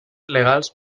legals